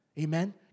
Amen